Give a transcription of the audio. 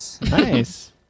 Nice